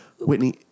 Whitney